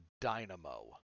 dynamo